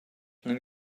and